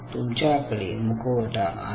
तुमच्याकडे मुखवटा आहे